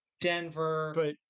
Denver